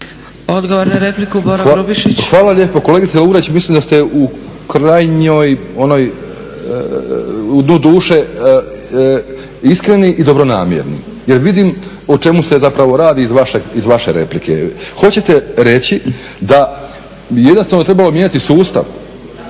**Grubišić, Boro (HDSSB)** Hvala lijepo. Kolegice Lugarić, mislim da ste u krajnjoj onoj, u dnu duše iskreni i dobronamjerni jer vidim o čemu se zapravo radi iz vaše replike. Hoćete reći da bi jednostavno trebalo mijenjati sustav,